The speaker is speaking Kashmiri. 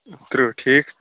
تٕرٛو ٹھیٖک